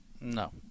No